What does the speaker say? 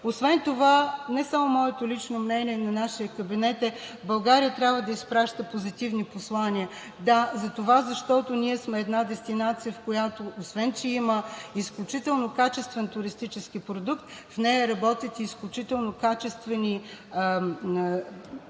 хотела. Не само моето лично мнение е, но и на нашия кабинет, че България трябва да изпраща позитивни послания. Да, защото ние сме една дестинация, в която, освен че има изключително качествен туристически продукт, в нея работят изключително качествени служители,